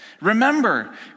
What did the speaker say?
Remember